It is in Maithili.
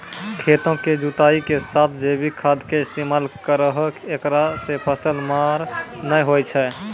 खेतों के जुताई के साथ जैविक खाद के इस्तेमाल करहो ऐकरा से फसल मार नैय होय छै?